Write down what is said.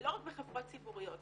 שלא רק בחברות ציבוריות,